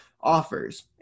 offers